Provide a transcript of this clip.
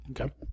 Okay